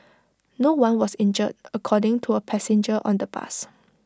no one was injured according to A passenger on the bus